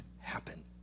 happen